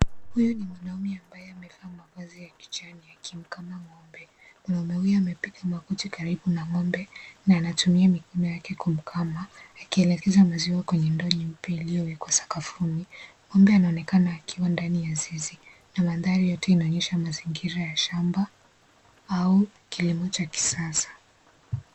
Huyu ni mwanaume ambaye amevaa mavazi ya kijani akimkamua ngombe , mwanaume huyu amepiga magoti karibu na ngombe na anatumia mikono yake kumkama akielekeza maziwa kwenye ndoo nyeupe iliyowekwa sakafuni , ngombe anaonekana akiwa ndani ya zizi na mandhari yote inaonyesha mazingira ya shamba au kilimo cha kisasa.